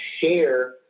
share